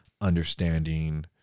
understanding